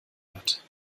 wird